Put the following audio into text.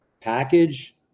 package